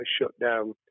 shutdown